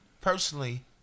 personally